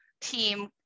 team